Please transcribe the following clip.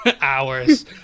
hours